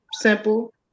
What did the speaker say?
Simple